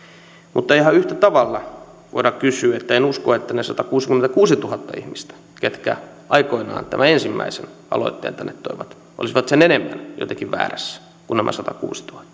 mutta ihan yhtä tavalla voidaan kysyä ja en usko olivatko ne satakuusikymmentäkuusituhatta ihmistä ketkä aikoinaan tämän ensimmäisen aloitteen tänne toivat sen enemmän jotenkin väärässä kuin nämä satakuusituhatta